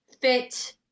fit